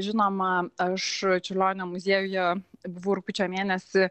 žinoma aš čiurlionio muziejuje buvau rugpjūčio mėnesį